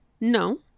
No